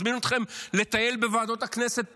אני מזמין אתכם לטייל בוועדות הכנסת פה.